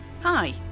Hi